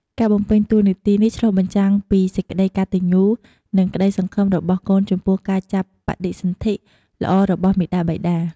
ការបំពេញតួនាទីនេះឆ្លុះបញ្ចាំងពីសេចក្តីកតញ្ញូ និងក្តីសង្ឃឹមរបស់កូនចំពោះការចាប់បដិសន្ធិល្អរបស់មាតាបិតា។